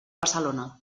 barcelona